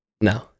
no